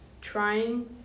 trying